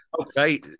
Okay